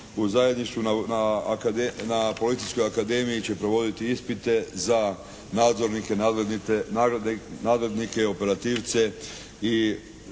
u zajedništvu na Policijskoj akademiji će provoditi ispite za nadzornike, nadglednike, operativce